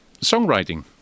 Songwriting